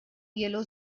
yellow